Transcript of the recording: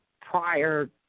prior –